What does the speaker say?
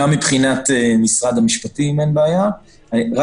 משרד המשפטים אין בעיה.